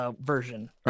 version